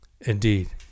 Indeed